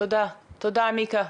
תודה מיקה.